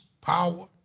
power